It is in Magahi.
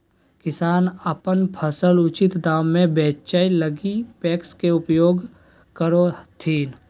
किसान अपन फसल उचित दाम में बेचै लगी पेक्स के उपयोग करो हथिन